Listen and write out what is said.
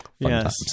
Yes